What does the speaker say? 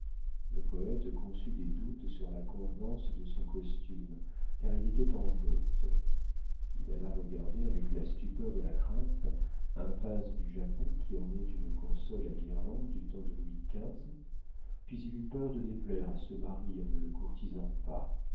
le poète conçut des doutes sur la convenance de son costume car il était en bottes il alla regarder avec la stupeur de la crainte un vase du japon qui ornait une console à guirlandes du temps de louis xv puis il eut peur de déplaire à ce mari en ne le courtisant pas